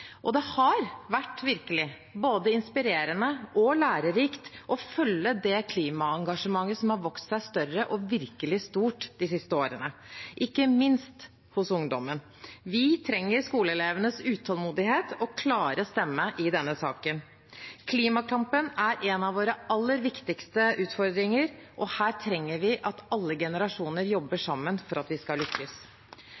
Det har virkelig vært inspirerende og lærerikt å følge det klimaengasjementet som har vokst seg større og virkelig stort de siste årene, ikke minst hos ungdommen. Vi trenger skoleelevenes utålmodighet og klare stemme i denne saken. Klimakampen er en av våre aller viktigste utfordringer, og her trenger vi at alle generasjoner jobber